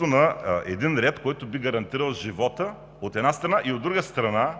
на ред, който би гарантирал живота, от една страна, и от друга,